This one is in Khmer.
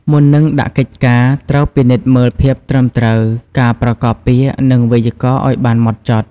មុននឹងដាក់កិច្ចការ ត្រូវពិនិត្យមើលភាពត្រឹមត្រូវ ការប្រកបពាក្យ និងវេយ្យាករណ៍ឱ្យបានហ្មត់ចត់។